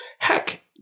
heck